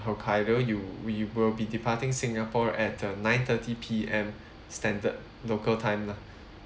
hokkaido you we will be departing singapore at uh nine thirty P_M standard local time lah